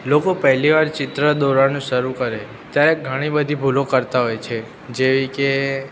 લોકો પહેલીવાર ચિત્ર દોરવાનું શરું કરે ત્યારે ઘણી બધી ભૂલો કરતા હોય છે જેવી કે